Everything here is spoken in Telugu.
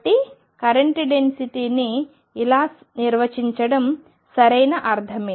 కాబట్టి కరెంట్ డెన్సిటీ ను ఇలా నిర్వచించడం సరైన అర్ధమే